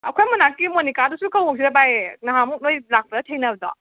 ꯑꯩꯈꯣꯏ ꯃꯅꯥꯛꯀꯤ ꯃꯣꯅꯤꯀꯥꯗꯨꯁꯨ ꯀꯧꯔꯨꯁꯤꯔꯥ ꯕꯥꯏ ꯅꯍꯥꯟꯃꯨꯛ ꯅꯣꯏ ꯂꯥꯛꯄꯗ ꯊꯦꯡꯅꯕꯗꯣ